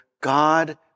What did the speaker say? God